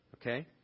Okay